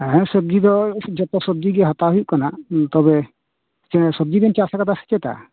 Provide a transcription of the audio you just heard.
ᱦᱮᱸ ᱥᱚᱵᱡᱤ ᱫᱚ ᱡᱚᱛᱚ ᱥᱚᱵᱡᱤᱜᱮ ᱦᱟᱛᱟᱣ ᱦᱩᱭᱩᱜ ᱠᱟᱱᱟ ᱛᱚᱵᱮ ᱥᱚᱵᱡᱤ ᱵᱤᱱ ᱪᱟᱥ ᱟᱠᱟᱫᱟᱥ ᱪᱮᱛᱟ